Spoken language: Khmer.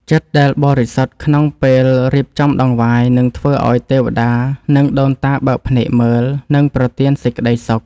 ចិត្តដែលបរិសុទ្ធក្នុងពេលរៀបចំដង្វាយនឹងធ្វើឱ្យទេវតា និងដូនតាបើកភ្នែកមើល និងប្រទានសេចក្តីសុខ។